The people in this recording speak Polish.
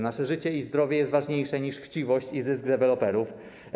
Nasze życie i zdrowie jest ważniejsze niż chciwość i zysk deweloperów.